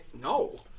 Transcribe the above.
no